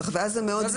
ואז זה מאוד ברור.